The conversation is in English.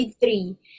three